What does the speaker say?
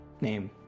name